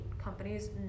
companies